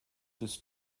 this